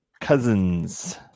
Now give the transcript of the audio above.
cousins